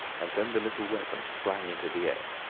and then the little weapon sprang into the air.